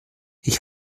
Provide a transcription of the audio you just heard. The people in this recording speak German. ich